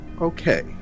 okay